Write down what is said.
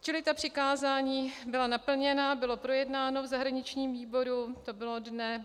Čili ta přikázání byla naplněna, bylo projednáno v zahraničním výboru, to bylo dne...